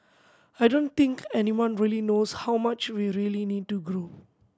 I don't think anyone really knows how much we really need to grow